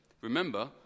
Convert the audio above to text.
Remember